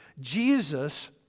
Jesus